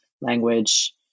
language